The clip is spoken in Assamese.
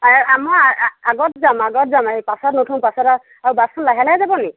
আমাৰ আগত যাম আগত যাম পাছত নুঠোঁ পাছলে আৰু বাছখন লাহে লাহে যাবনি